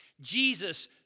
Jesus